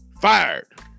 Fired